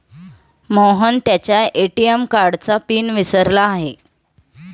मोहन त्याच्या ए.टी.एम कार्डचा पिन विसरला आहे